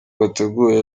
bateguye